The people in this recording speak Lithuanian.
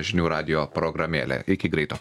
žinių radijo programėlę iki greito